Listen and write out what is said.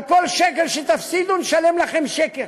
על כל שקל שתפסידו נשלם לכם שקל.